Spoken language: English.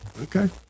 Okay